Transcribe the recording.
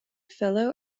fellow